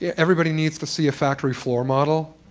yeah everybody needs to see a factory floor model,